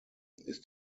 ist